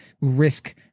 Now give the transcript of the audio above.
risk